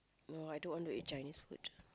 no I don't want to eat Chinese food